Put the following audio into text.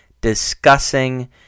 discussing